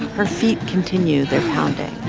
her feet continue their pounding